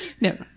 No